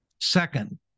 Second